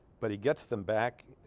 but he gets them back